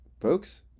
folks